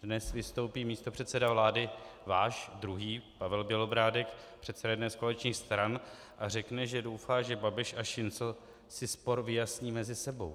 Dnes vystoupí místopředseda vlády, váš druhý, Pavel Bělobrádek, předseda jedné z koaličních stran, a řekne, že doufá, že Babiš a Šincl si spor vyjasní mezi sebou.